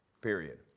period